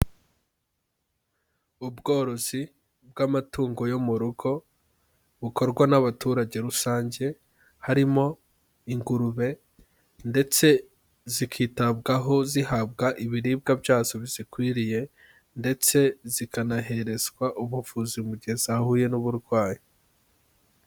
Ubworozi bw'amatungo yo mu rugo bukorwa n'abaturage rusange harimo ingurube ndetse zikitabwaho zihabwa ibiribwa byazo bizikwiriye, ndetse zikanaherezwa ubuvuzi mu gihe zahuye n'uburwayi.